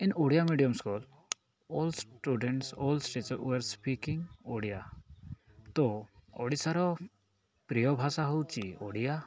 in Odia medium school all students all teachers were speaking Odia ତ ଓଡ଼ିଶାର ପ୍ରିୟ ଭାଷା ହଉଛି ଓଡ଼ିଆ